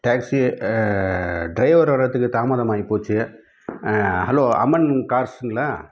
taxi driver வர்றதுக்கு தாமதம் ஆயிப்போச்சு ஹலோ அம்மன் கார்ஸுங்களா